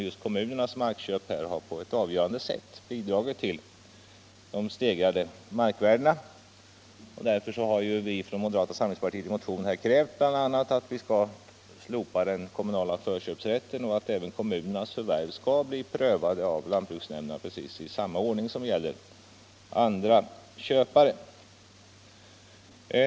Just kommunernas markköp har på ett avgörande sätt bidragit till de stegrade markvärdena. Därför har vi från moderata samlingspartiet i motion krävt bl.a. att man skall slopa den kommunala förköpsrätten och att även kommunernas förvärv skall prövas av lantbruksnämnderna i precis samma ordning som gäller andra köpare.